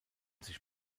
sich